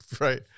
right